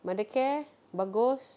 Mothercare bagus